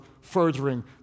furthering